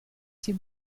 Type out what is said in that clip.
ses